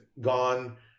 gone